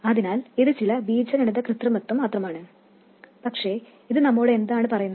അതിനാൽ ഇത് ചില ബീജഗണിത കൃത്രിമത്വം മാത്രമാണ് പക്ഷേ ഇത് നമ്മോട് എന്താണ് പറയുന്നത്